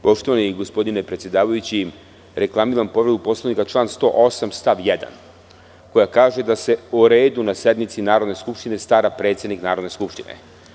Poštovani gospodine predsedavajući, reklamiram povredu Poslovnika član 108. stav 1, koja kaže da se o redu na sednici Narodne skupštine stara predsednik Narodne skupštine.